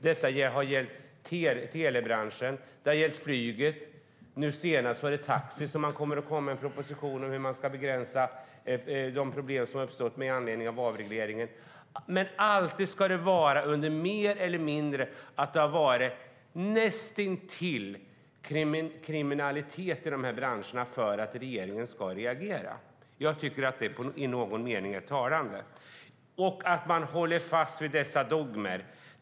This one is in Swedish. Det har gällt telebranschen och flyget. Nu senast var det taxi det kommer att komma en proposition om för att begränsa de problem som uppstått med anledning av avregleringen. Men det ska alltid ha varit näst intill kriminalitet i dessa branscher för att regeringen ska reagera. Det är i någon mening talande. Man håller fast vid dessa dogmer.